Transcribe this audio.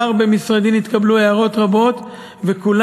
במשרדי כבר